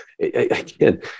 again